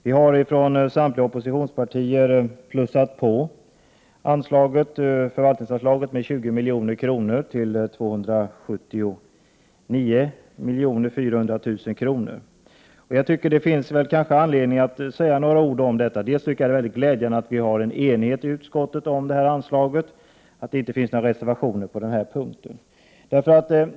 Vi har från samtliga oppositionspartier plussat på förvaltningsanslaget med 20 milj.kr., till 279 400 000 kr. Det finns anledning att säga några ord om det. Först och främst tycker jag att det är glädjande att vi är eniga i utskottet om detta anslag, att det inte finns några reservationer på denna punkt.